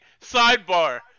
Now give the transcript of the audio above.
sidebar